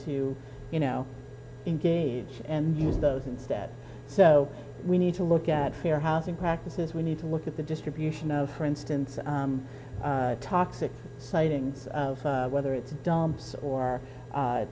to you know engage and use those instead so we need to look at fair housing practices we need to look at the distribution of for instance toxic sightings whether it's dumps or